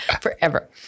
forever